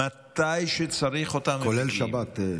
כשצריך אותם, כולל שבת.